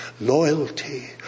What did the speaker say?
loyalty